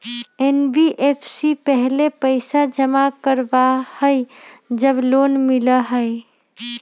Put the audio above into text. NBFC पहले पईसा जमा करवहई जब लोन मिलहई?